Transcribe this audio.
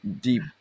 deep